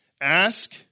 Ask